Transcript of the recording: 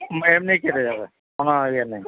এমনিই কেটে যাবে কোনো ইয়ে নেই